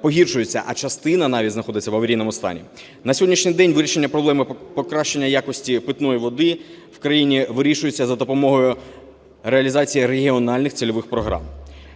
погіршуються, а частина навіть знаходиться в аварійному стані. На сьогоднішній день вирішення проблеми покращення якості питної води в країні вирішується за допомогою реалізації регіональних цільових програм.